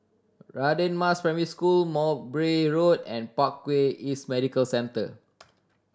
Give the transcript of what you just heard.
Radin Mas Primary School Mowbray Road and Parkway East Medical Centre